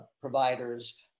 providers